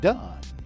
Done